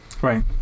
Right